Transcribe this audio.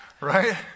right